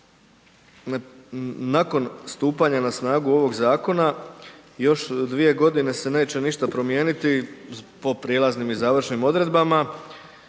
nakon stupanja na snagu ovoga Zakona još dvije godine se neće ništa promijeniti po prijelaznim i završnim odredbama